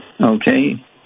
okay